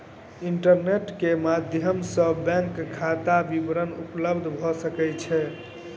internet के माध्यम सॅ बैंक खाता विवरण उपलब्ध भ सकै छै